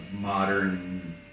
modern